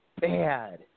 bad